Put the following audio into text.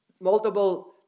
multiple